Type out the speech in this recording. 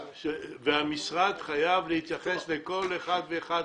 והמשרד חייב להתייחס לכל אחד ואחד.